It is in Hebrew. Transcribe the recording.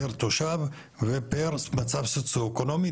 פר תושב ופר מצב סוציואקונומי,